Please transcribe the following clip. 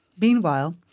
Meanwhile